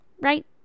right